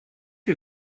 you